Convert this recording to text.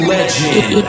Legend